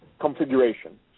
configuration